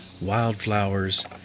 wildflowers